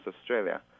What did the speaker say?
Australia